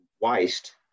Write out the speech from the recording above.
waste